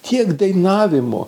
tiek dainavimo